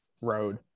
road